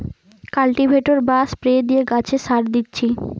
cultivator বা spray দিয়ে গাছে সার দিচ্ছি